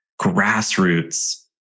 grassroots